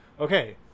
okay